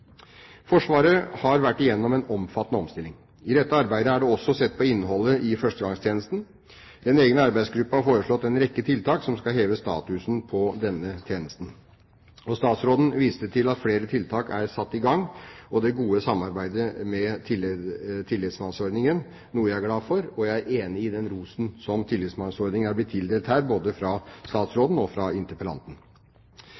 Forsvaret har vært gjennom en omfattende omstilling. I dette arbeidet er det også sett på innholdet i førstegangstjenesten. En egen arbeidsgruppe har foreslått en rekke tiltak som skal heve statusen på denne tjenesten. Statsråden viste til at flere tiltak er satt i gang, og til det gode samarbeidet med Tillitsmannsordningen, noe jeg er glad for. Jeg er enig i den rosen som Tillitsmannsordningen er blitt tildelt her, både fra